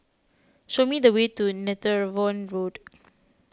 show me the way to Netheravon Road